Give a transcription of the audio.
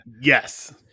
Yes